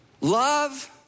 Love